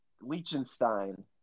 Liechtenstein